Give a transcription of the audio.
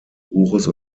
buches